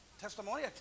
testimony